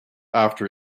after